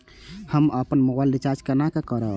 हम अपन mobile recharge केना करब?